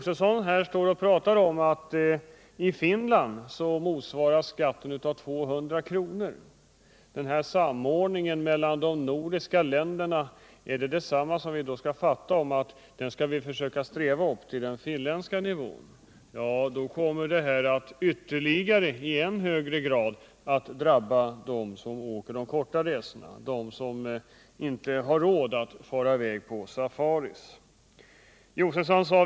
Sedan säger Stig Josefson att i Finland motsvaras skatten av 200 kr., och då vill jag fråga: Skall vi fatta talet om samordning mellan de nordiska länderna så att vi skall försöka sträva efter att uppnå den finländska nivån? I så fall kommer det här att i än högre grad drabba dem som gör de korta resorna och som inte har råd att resa i väg på safari och liknande.